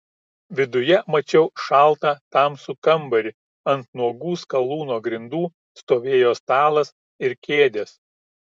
viduj mačiau šaltą tamsų kambarį ant nuogų skalūno grindų stovėjo stalas ir kėdės